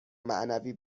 معنوی